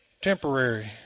temporary